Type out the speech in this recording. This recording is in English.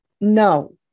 No